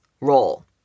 roll